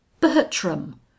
Bertram